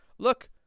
Look